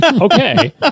okay